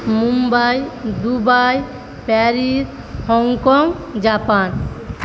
Mumbai Dubai Paris Hong Kong Japan